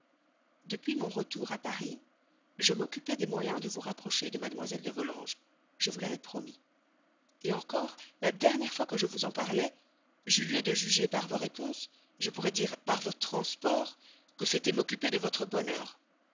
depuis mon retour à paris je m'occupais des moyens de vous rapprocher de mlle de volanges je vous l'avais promis encore la dernière fois que je vous en parlai j'eus lieu de juger par vos réponses je pourrais dire par vos transports que c'était m'occuper de votre bonheur